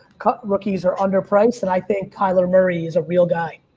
rookies are under priced. and i think kyler murray is a real guy.